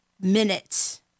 minutes